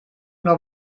una